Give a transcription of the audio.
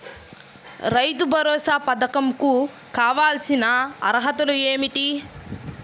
రైతు భరోసా పధకం కు కావాల్సిన అర్హతలు ఏమిటి?